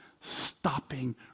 stopping